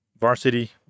Varsity